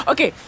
Okay